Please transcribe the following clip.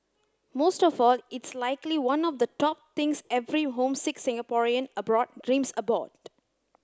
most of all it's likely one of the top things every homesick Singaporean abroad dreams about